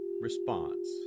response